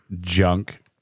Junk